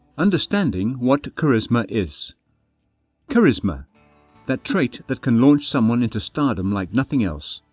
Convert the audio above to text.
understanding what charisma is charisma that trait that can launch someone into stardom like nothing else,